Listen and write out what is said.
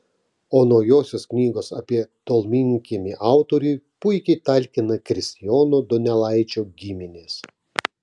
o naujosios knygos apie tolminkiemį autoriui puikiai talkina kristijono donelaičio giminės